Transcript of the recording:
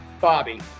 Bobby